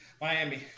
Miami